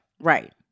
right